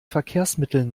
verkehrsmitteln